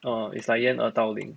orh is 掩耳盗铃